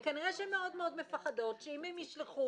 וכנראה שהן מאוד מאוד מפחדות שאם הם ישלחו